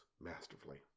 masterfully